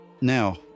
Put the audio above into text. now